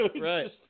Right